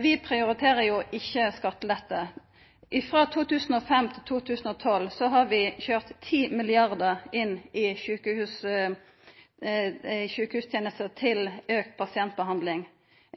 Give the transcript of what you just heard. Vi prioriterer jo ikkje skattelette. Frå 2005 til 2012 har vi køyrt 10 mrd. kr inn i sjukehustenester til auka pasientbehandling.